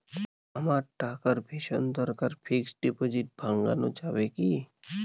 আমার টাকার ভীষণ দরকার ফিক্সট ডিপোজিট ভাঙ্গানো যাবে কি?